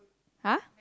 !huh!